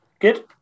Good